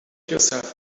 yourself